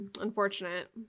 Unfortunate